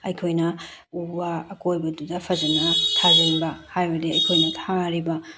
ꯑꯩꯈꯣꯏꯅ ꯎ ꯋꯥ ꯑꯀꯣꯏꯕꯗꯨꯗ ꯐꯖꯅ ꯊꯥꯖꯤꯟꯕ ꯍꯥꯏꯕꯗꯤ ꯑꯩꯈꯣꯏꯅ ꯊꯥꯔꯤꯕ